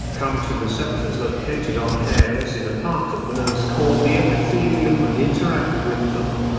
come to receptors located on hairs in a part of the nose called the epithelium and interact with them.